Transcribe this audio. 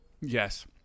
yes